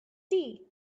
tea